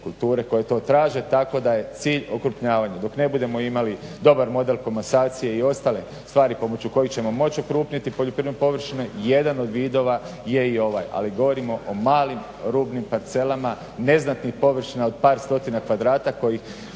kulture koje to traže, tako da je cilj okrupnjavanja dok ne budemo imali dobar model komasacije i ostale stvari pomoću kojih ćemo moći okrupniti poljoprivrednu površinu jedan od vidova je i ovaj. Ali govorimo o malim rubnim parcelama neznatnih površina od par stotina kvadrata koji